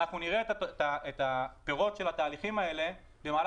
אנחנו נראה את הפירות של התהליכים האלה במהלך